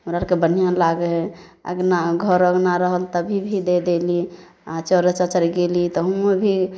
हमरा आरके बढ़ियाँ लागै हइ अंगना घर अंगना रहल तभी भी दए देली आ चऽर चाँचर गेली तेहुमे भी